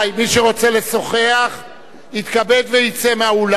מי שרוצה לשוחח יתכבד ויצא מהאולם.